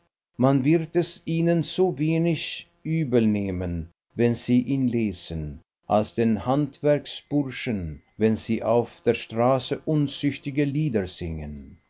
man wird es ihnen so wenig übelnehmen wenn sie ihn lesen als den handwerksburschen wenn sie auf der straße unzüchtige lieder singen